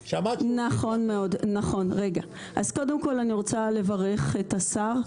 אז קודם כל, אני רוצה לברך את השר.